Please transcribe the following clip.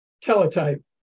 teletype